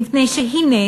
מפני שהנה,